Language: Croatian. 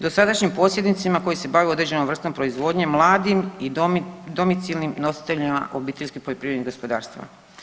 Dosadašnjim posjednicima koji se bave određenom vrstom proizvodnje mladim i domicilnim nositeljima obiteljskih poljoprivrednih gospodarstava.